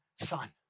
son